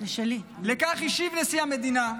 על כך השיב נשיא המדינה כי: